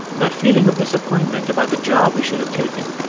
that feeling of disappointment about the job we should have taken,